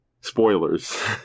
Spoilers